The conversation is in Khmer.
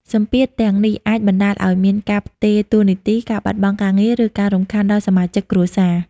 សម្ពាធទាំងនេះអាចបណ្ដាលឲ្យមានការផ្ទេរតួនាទី ការបាត់បង់ការងារ ឬការរំខានដល់សមាជិកគ្រួសារ។